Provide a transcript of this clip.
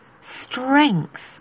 strength